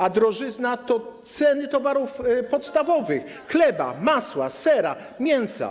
A drożyzna to ceny towarów podstawowych: chleba, masła, sera, mięsa.